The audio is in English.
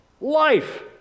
life